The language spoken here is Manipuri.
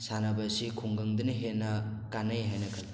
ꯁꯥꯟꯅꯕꯁꯤ ꯈꯨꯡꯒꯪꯗꯅ ꯍꯦꯟꯅ ꯀꯥꯟꯅꯩ ꯍꯥꯏꯅ ꯈꯜꯂꯤ